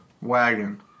wagon